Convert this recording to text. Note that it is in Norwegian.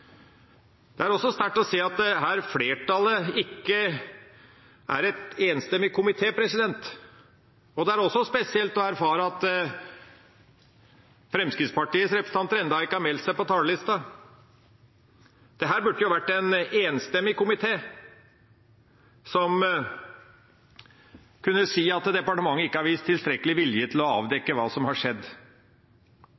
Det er også sterkt å se at her har en ikke en enstemmig komité. Det er også spesielt å erfare at Fremskrittspartiets representanter ennå ikke har tegnet seg på talerlisten. Det burde vært en enstemmig komité som kunne sagt at departementet ikke har vist tilstrekkelig vilje til å avdekke hva som har skjedd.